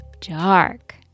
dark